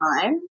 time